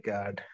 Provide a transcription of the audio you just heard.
God